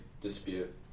dispute